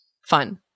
fun